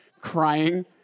crying